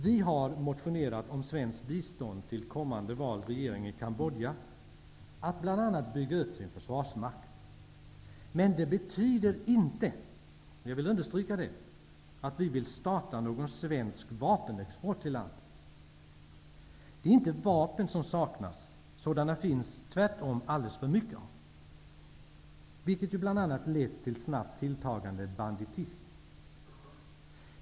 Vi har motionerat om svenskt bistånd till kommande vald regering i Kambodja, bl.a. för att den skall kunna bygga upp sin försvarsmakt. Det betyder inte -- jag vill understryka det -- att vi vill starta någon svensk vapenexport till landet. Det är inte vapen som saknas. Sådana finns det tvärtom alldeles för mycket av, vilket bl.a. lett till snabbt tilltagande banditism.